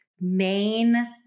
main